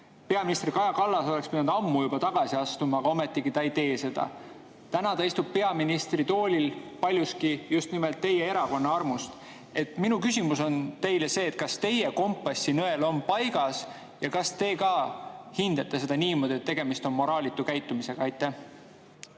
Peaminister Kaja Kallas oleks pidanud juba ammu tagasi astuma, aga ometigi ta ei tee seda. Täna ta istub peaministri toolil paljuski just nimelt teie erakonna armust. Minu küsimus teile on see: kas teie kompassinõel on paigas ja kas te ka hindate seda niimoodi, et tegemist on moraalitu käitumisega? Aitäh,